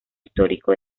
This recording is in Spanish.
histórico